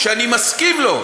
שאני מסכים לו,